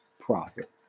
profit